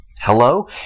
Hello